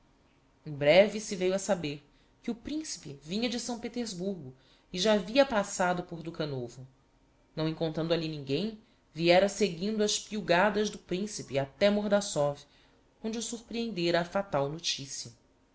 em breve se veiu a saber que o principe vinha de s petersburgo e já havia passado por dukhanovo não encontrando ali ninguem viera seguindo as piugadas do principe até mordassov onde o surprehendera a fatal noticia